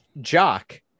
jock